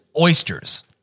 oysters